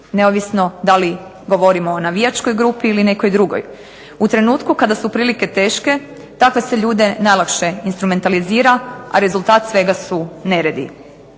neovisno da li govorimo o navijačkoj grupi ili nekoj drugoj. U trenutku kada su prilike teške, takve se ljude najlakše instrumentalizira, a rezultat svega su neredi.